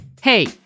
Hey